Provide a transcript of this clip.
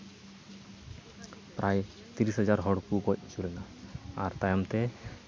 ᱯᱨᱟᱭ ᱛᱤᱨᱤᱥ ᱦᱟᱡᱟᱨ ᱦᱚᱲ ᱠᱚ ᱜᱚᱡ ᱦᱚᱪᱚ ᱞᱮᱱᱟ ᱟᱨ ᱛᱟᱭᱚᱢ ᱛᱮ